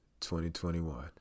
2021